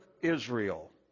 Israel